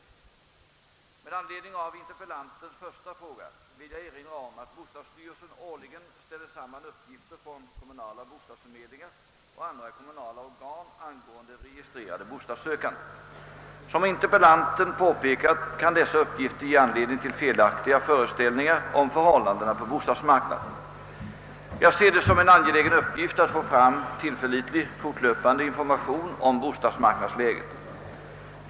Med anledning av interpellantens första fråga vill jag erinra om att bostadsstyrelsen årligen ställer samman uppgifter från kommunala bostadsförmedlingar och andra kommunala organ angående registrerade bostadssökande. Som interpellanten påpekat kan dessa uppgifter ge anledning till felaktiga föreställningar om förhållandena på bostadsmarknaden. Jag ser det som en angelägen uppgift att få fram tillförlitlig fortlöpande information om bostadsmarknadsläget.